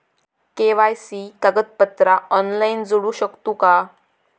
KYC कागदपत्रा online जोडू शकतू का?